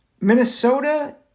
Minnesota